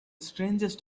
strangest